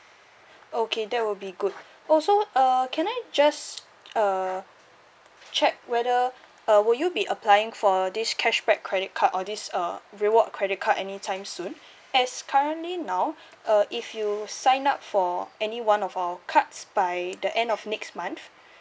okay that will be good also uh can I just uh check whether uh would you be applying for this cashback credit card or this uh reward credit card any time soon as currently now uh if you sign up for any one of our cards by the end of next month